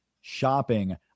shopping